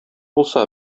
булса